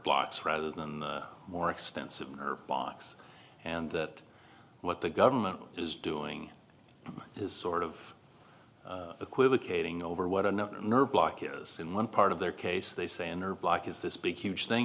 blocks rather than the more extensive nerve blocks and that what the government is doing is sort of equivocating over what another nerve block is in one part of their case they say a nerve block is this big huge thing